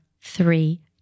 three